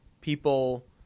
people